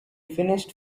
finished